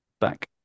back